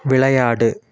விளையாடு